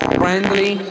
friendly